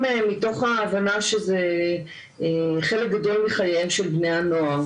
מתוך ההבנה שזה חלק גדול של בני הנוער.